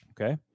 Okay